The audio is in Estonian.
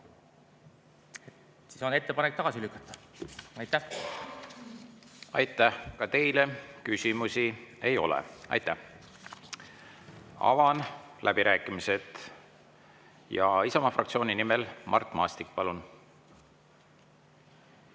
siis [eelnõu] tagasi lükata. Aitäh! Aitäh! Ka teile küsimusi ei ole. Avan läbirääkimised. Isamaa fraktsiooni nimel Mart Maastik, palun!